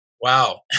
Wow